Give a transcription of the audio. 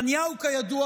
כידוע,